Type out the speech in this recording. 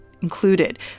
included